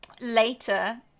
later